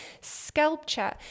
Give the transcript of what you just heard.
sculpture